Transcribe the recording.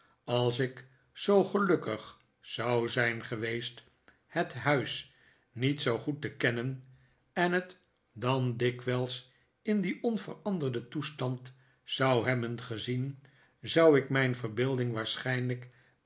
als ik zoo gelukkig zou zijn geweest het huis niet zoo goed te kennen en het dan dikwijls in dien onveranderden toestand zou hebben gezien zou ik mijn verbeelding waarschijnlijk